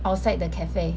outside the cafe